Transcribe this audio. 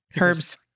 Herbs